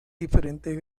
diferentes